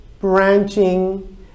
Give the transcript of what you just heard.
branching